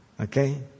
okay